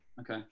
Okay